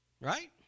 Right